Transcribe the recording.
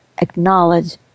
acknowledge